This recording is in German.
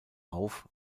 auf